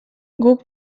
guk